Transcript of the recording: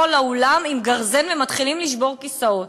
לאולם עם גרזן ומתחילים לשבור כיסאות.